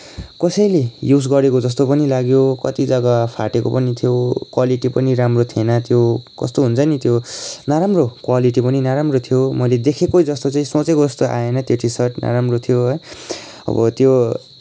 कसैले युज गरेको जस्तो पनि लाग्यो कति जग्गा फाटेको पनि थियो क्वालिटी पनि राम्रो थिएन त्यो कस्तो हुन्छ नि त्यो नराम्रो क्वालिटी पनि नराम्रो थियो मैले देखेको जस्तो सोचेको जस्तो आएन त्यो टी सर्ट नराम्रो थियो है अब त्यो